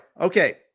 okay